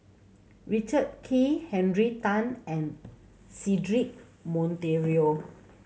Richard Kee Henry Tan and Cedric Monteiro